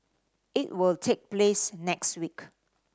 it will take place next week